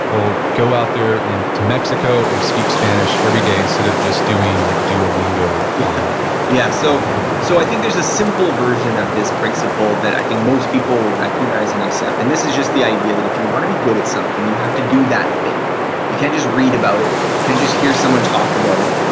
well, go out there and to mexico and speak spanish every day instead of just doing like duolingo yeah um online yeah. so so i think there's a simple version of this principle that i think most people will recognize and accept. and this is just the idea that if you want to be good at something, you have to do that thing you can't just read about it. can't just hear someone talk about it.